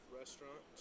restaurant